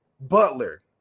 Butler